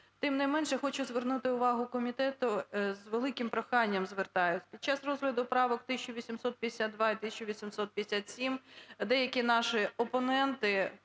Тим менше, я хочу звернути увагу комітету, з великим проханням звертаюсь. Під час розгляду правок 1852 і 1857 деякі наші опоненти,